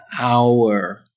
hour